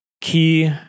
key